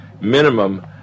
minimum